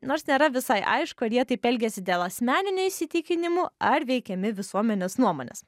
nors nėra visai aišku ar jie taip elgėsi dėl asmeninių įsitikinimų ar veikiami visuomenės nuomonės